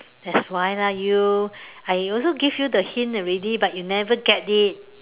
that's why lah you I also give you the hint already but you never get it